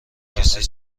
کسی